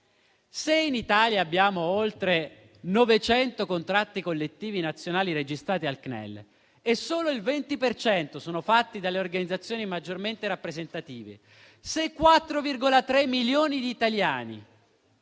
se in Italia abbiamo oltre 900 contratti collettivi nazionali registrati al CNEL e solo il 20 per cento sono stipulati dalle organizzazioni maggiormente rappresentative; se 4,3 milioni di italiani